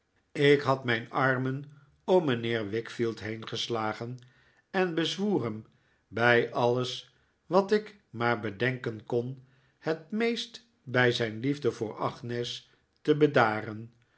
ik had mijn armen om mijnheer wickfield heengeslagen en bezwoer hem bij alles wat ik maar bedenken kon het meest bij zijn liefde voor agnes te bedaren